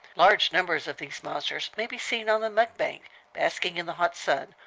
large numbers of these monsters may be seen on the mud-bank basking in the hot sun,